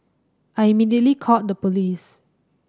I immediately called the police